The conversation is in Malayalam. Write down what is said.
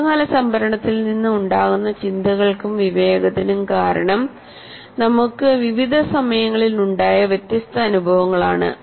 ദീർഘകാല സംഭരണത്തിൽ നിന്ന് ഉണ്ടാകുന്ന ചിന്തകൾക്കും വിവേകത്തിനും കാരണം നമുക്ക് വിവിധ സമയങ്ങളിൽ ഉണ്ടായ വ്യത്യസ്ത അനുഭവങ്ങളാണ്